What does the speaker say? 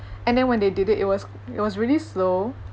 and then when they did it it was it was really slow